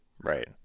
right